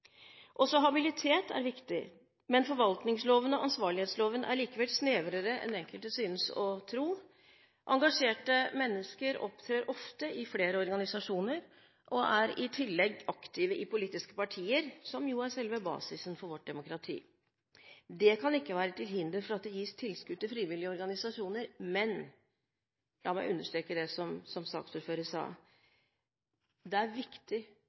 Også habilitet er viktig. Forvaltningsloven og ansvarlighetsloven er likevel snevrere enn enkelte synes å tro. Engasjerte mennesker opptrer ofte i flere organisasjoner og er i tillegg aktive i politiske partier, som jo er selve basisen for vårt demokrati. Det kan ikke være til hinder for at det gis tilskudd til frivillige organisasjoner. Men la meg understreke det som saksordføreren sa: Det er viktig